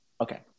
okay